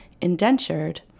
indentured